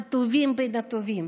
הטובים בין הטובים,